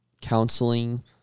counseling